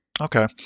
Okay